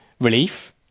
relief